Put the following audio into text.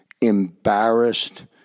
embarrassed